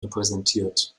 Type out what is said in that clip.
repräsentiert